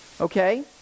Okay